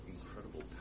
incredible